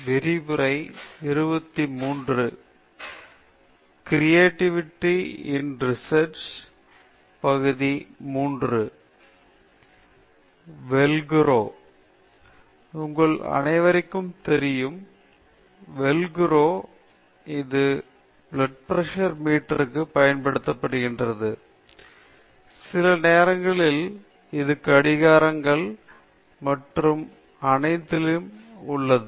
slide time 0013 ஐ பார்க்கவும் உங்கள் அனைவருக்கும் தெரியும் வெல்க்ரோ இது BP மீட்டருக்குப் பயன்படுகிறது சில நேரங்களில் இது கடிகாரங்களில் உள்ளது மற்றும் அனைத்தையும் கொண்டுள்ளது